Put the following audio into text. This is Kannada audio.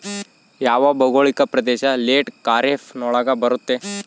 ಯಾವ ಭೌಗೋಳಿಕ ಪ್ರದೇಶ ಲೇಟ್ ಖಾರೇಫ್ ನೊಳಗ ಬರುತ್ತೆ?